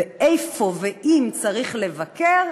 ואיפה ואם צריך לבקר,